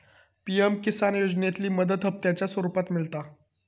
PM Kisan योजनेतली मदत हप्त्यांच्या स्वरुपात मिळता